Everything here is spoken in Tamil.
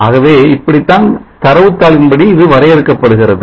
ஆகவே இப்படித்தான் தரவுதாளின் படி இது வரையறுக்கப்படுகிறது